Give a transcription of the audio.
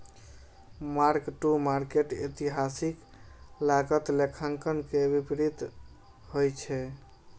mark to market एतिहासिक लागत लेखांकन के विपरीत होइ छै